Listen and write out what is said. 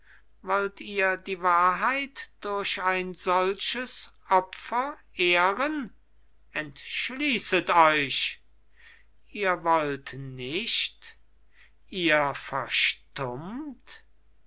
wollt ihr die wahrheit durch ein solches opfer ehren entschließet euch ihr wollt nicht ihr verstummt